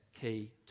key